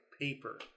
paper